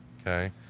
Okay